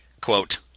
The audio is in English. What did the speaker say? quote